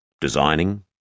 designing